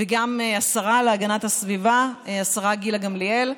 וגם השרה להגנת הסביבה גילה גמליאל.